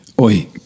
oi